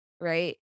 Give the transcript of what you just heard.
Right